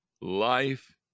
Life